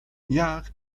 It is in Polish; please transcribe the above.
jak